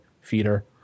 feeder